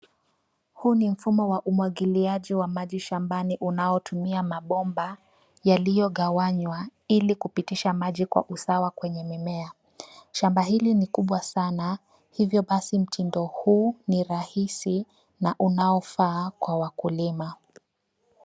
Huu ni mfumo wa umwagiliaji wa maji shambani unaotumia mabomba yaliyogawanywa ilikupitisha maji kwa usawa kwenye mimea. Shamba hili ni kubwa sana, hivyo basi mtindo huu ni rahisi na unaofaa kwa wakulima.